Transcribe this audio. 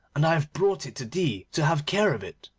and i have brought it to thee to have care of it